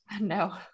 No